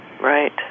Right